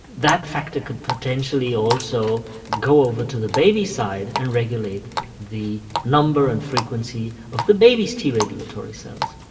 that factor could potentially also go over to the baby's side and regulate the number and frequency of the baby's t regulatory cells.